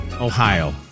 Ohio